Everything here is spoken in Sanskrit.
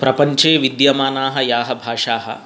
प्रपञ्चे विद्यमानाः याः भाषाः